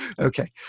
Okay